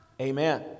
amen